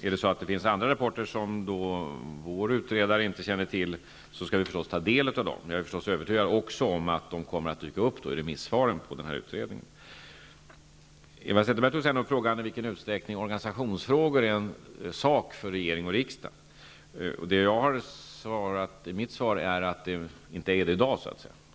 Är det så att det finns andra rapporter som vår utredare inte känner till skall vi ta del av dem. Jag är övertygad om att de kommer att dyka upp i remissvaren på utredningen. Eva Zetterberg tog sedan upp frågan om i vilken utsträckning organisationsfrågor är en sak för regering och riksdag. Det jag har svarat är att de inte är det i dag.